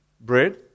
bread